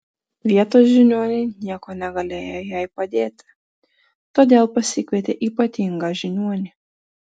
vietos žiniuoniai niekuo negalėjo jai padėti todėl pasikvietė ypatingą žiniuonį